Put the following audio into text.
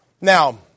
Now